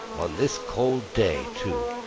on this cold day, too!